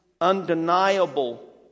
undeniable